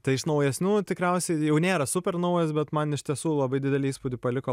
tai iš naujesnių tikriausiai jau nėra super naujas bet man iš tiesų labai didelį įspūdį paliko